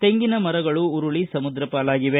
ತೆಂಗಿನ ಮರಗಳು ಉರುಳಿ ಸಮುದ್ರ ಪಾಲಾಗಿವೆ